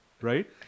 right